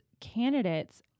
candidates